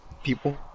people